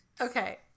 okay